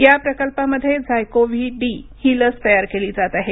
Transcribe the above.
या प्रकल्पामध्ये ZyCoV D ही लस तयार केली जात आहे